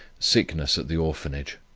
sickness at the orphanage.